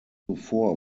zuvor